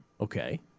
Okay